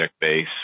base